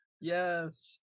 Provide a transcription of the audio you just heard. Yes